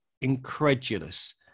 incredulous